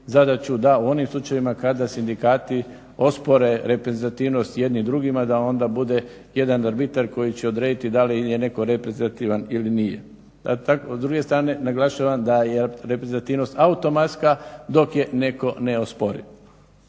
zadaću da u onim slučajevima kada sindikati ospore reprezentativnost jedni drugima da onda bude jedan arbitar koji će odrediti da li je netko reprezentativan ili nije. S druge strane naglašavam da je reprezentativnost automatska dok je netko ne ospori.